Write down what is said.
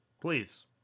Please